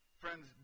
Friends